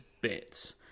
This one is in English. bits